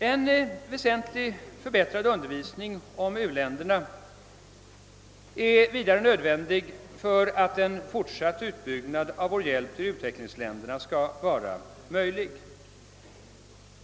En väsentligt förbättrad undervisning om u-länderna är vidare nödvändig för att en fortsatt utbyggnad av vår hjälp till utvecklingsländerna skall vara möjlig.